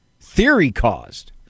theory-caused